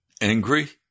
angry